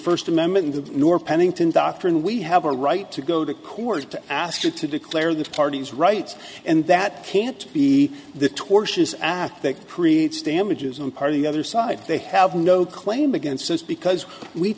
first amendment nor pennington doctrine we have a right to go to court to ask you to declare the parties rights and that can't be the tortious act that creates damages on part of the other side they have no claim against us because we